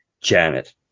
janet